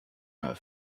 her